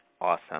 Awesome